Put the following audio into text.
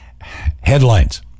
headlines